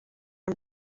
and